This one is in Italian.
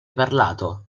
parlato